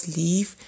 leave